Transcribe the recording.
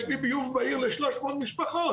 יש לי ביוב בעיר ל-300 משפחות.